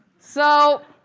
so,